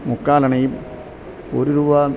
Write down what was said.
മുക്കാലണയും ഒരു രൂപ